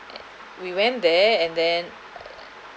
and we went there and then